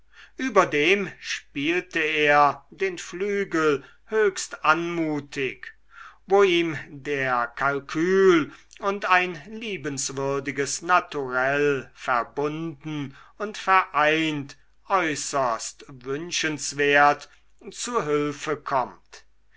überdem spielte er den flügel höchst anmutig wo ihm der kalkül und ein liebenswürdiges naturell verbunden und vereint äußerst wünschenswert zu hülfe kommt